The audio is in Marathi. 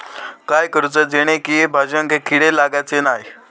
काय करूचा जेणेकी भाजायेंका किडे लागाचे नाय?